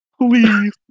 please